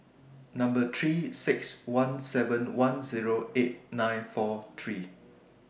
Number three six one seven one Zero eight nine four three